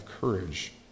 courage